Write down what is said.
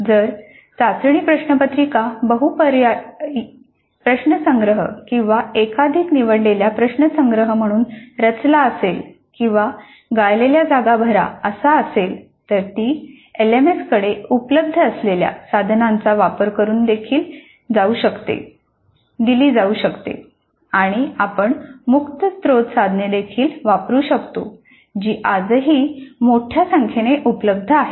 जर चाचणी प्रश्नपत्रिका बहुपर्यायी प्रश्नसंग्रह किंवा एकाधिक निवडलेल्या प्रश्न संग्रह म्हणून रचला असेल किंवा गाळलेल्या जागा भरा असा असेल तर ती एलएमएसकडे उपलब्ध असलेल्या साधनाचा वापर करून दिली जाऊ शकते किंवा आपण मुक्त स्त्रोत साधने देखील वापरू शकतो जी आजही मोठ्या संख्येने उपलब्ध आहेत